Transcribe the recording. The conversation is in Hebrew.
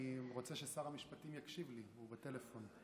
אני רוצה ששר המשפטים יקשיב לי, והוא בטלפון.